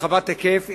רחבת היקף,